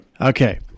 Okay